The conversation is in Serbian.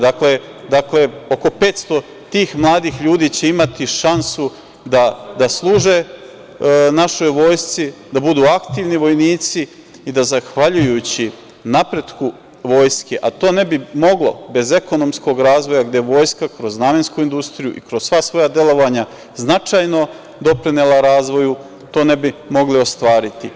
Dakle, oko 500 tih mladih ljudi će imati šansu da služe našoj vojsci, da budu aktivni vojnici i da zahvaljujući napretku vojske, a to ne bi moglo bez ekonomskog razvoja, gde je vojska kroz Namensku industriju i kroz sva svoja delovanja značajno doprinela razvoju, to ne bi mogli ostvariti.